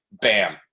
Bam